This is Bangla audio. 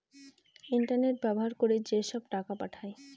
ইন্টারনেট ব্যবহার করে যেসব টাকা পাঠায়